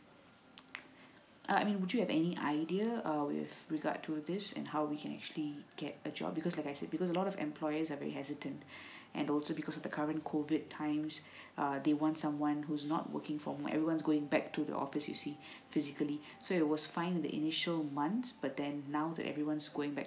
I mean would you have any idea with regard to this and how we can actually get a job because like I said because a lot of employees are very hesitant and also because of the current COVID times uh they want someone who's not working for every one going back to the office you see physically so it was fine the initial month but then now that everyone's going back